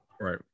Right